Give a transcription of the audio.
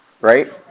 right